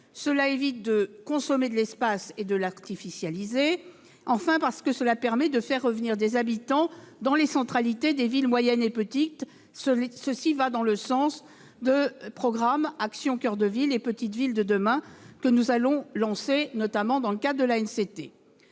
cela évite de consommer de l'espace et de l'artificialiser et, enfin, parce que cela permet de faire revenir des habitants dans les centralités des villes moyennes et des petites villes. Tout cela va dans le sens des programmes « Action coeur de ville » et « Petites villes de demain » que nous allons lancer notamment dans le cadre de l'Agence